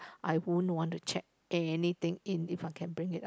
I won't want to check anything in if I can bring it up